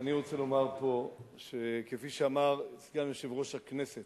ואני רוצה לומר פה, כפי שאמר סגן יושב-ראש הכנסת,